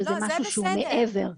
שזה משהו שהוא מעבר.